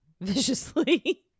Viciously